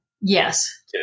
Yes